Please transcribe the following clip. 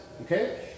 Okay